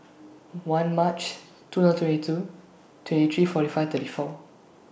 one March two thousand twenty two twenty three forty five thirty four